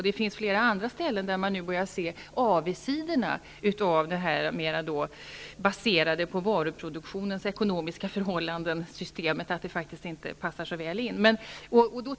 Det finns flera andra ställen där man nu börjar se avigsidorna av detta system, som är mera baserat på varuproduktionens ekonomiska förhållanden, att det inte passar så väl in.